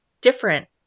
different